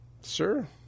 sir